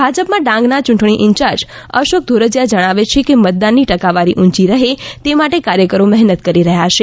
ભાજપ માં ડાંગ ના ચૂંટણી ઇન્ચાર્જ અશોક ધોરજીયા જણાવે છે કે મતદાન ની ટકાવારી ઊંચી રહે તે માટે કાર્યકરો મહેનત કરી રહ્યા છે